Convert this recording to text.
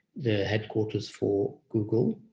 the headquarters for google.